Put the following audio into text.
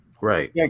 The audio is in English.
Right